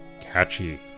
catchy